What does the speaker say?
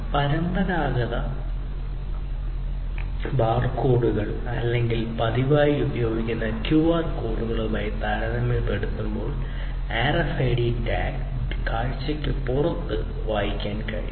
പരമ്പരാഗത ബാർ കോഡുകൾ അല്ലെങ്കിൽ പതിവായി ഉപയോഗിക്കുന്ന ക്യുആർ കോഡുകളുമായി താരതമ്യപ്പെടുത്തുമ്പോൾ ആർഎഫ്ഐഡി ടാഗ് ഡാറ്റ കാഴ്ചയ്ക്ക് പുറത്ത് വായിക്കാൻ കഴിയും